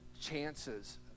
chances